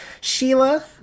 Sheila